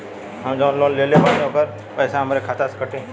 हम जवन लोन लेले बानी होकर पैसा हमरे खाते से कटी?